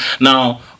Now